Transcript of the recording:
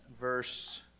verse